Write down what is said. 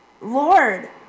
Lord